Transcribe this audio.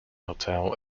hotel